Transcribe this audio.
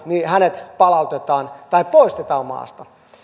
niin hänet palautetaan tai poistetaan maasta